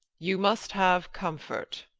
you must have comfort.